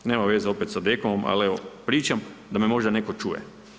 Nema veze opet sa DKOM-om, ali evo pričam da me možda netko čuje.